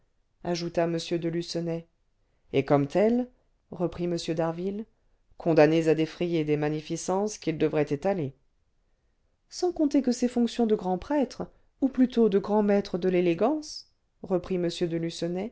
ajouta m de lucenay et comme tels reprit m d'harville condamnés à défrayer des magnificences qu'ils devraient étaler sans compter que ces fonctions de grand prêtre ou plutôt de grand maître de l'élégance reprit